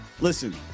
Listen